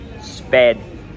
sped